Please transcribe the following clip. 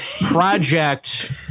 project